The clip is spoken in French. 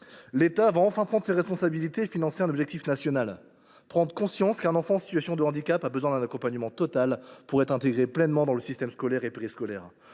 L’État va enfin prendre ses responsabilités et financer un objectif national, prenant conscience qu’un enfant en situation de handicap a besoin d’un accompagnement total pour être intégré pleinement dans le système scolaire et périscolaire.